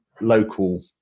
local